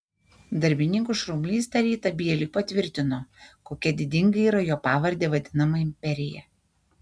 darbininkų šurmulys tą rytą bieliui patvirtino kokia didinga yra jo pavarde vadinama imperija